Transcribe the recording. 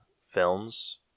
films